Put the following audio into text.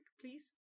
please